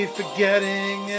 forgetting